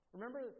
Remember